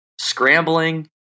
scrambling